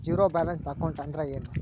Zero balance account ಅಂದ್ರ ಏನು?